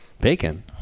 Bacon